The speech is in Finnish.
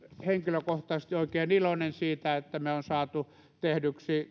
henkilökohtaisesti oikein iloinen siitä että me olemme talousvaliokunnassa saaneet tehdyksi